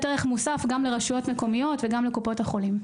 ערך מוסף לרשויות המקומיות ולקופות החולים.